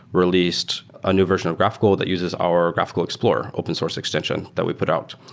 released a new version of graphical that uses our graphical explorer open source extension that we've put out.